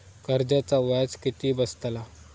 कर्जाचा व्याज किती बसतला?